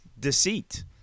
deceit